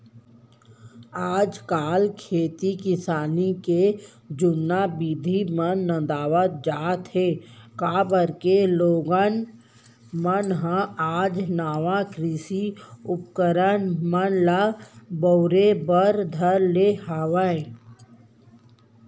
आज काल खेती किसानी के जुन्ना बिधि मन नंदावत जात हें, काबर के लोगन मन ह आज नवा कृषि उपकरन मन ल बउरे बर धर ले हवय